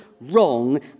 wrong